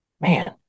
man